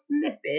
snippet